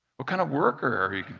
what kind of worker are you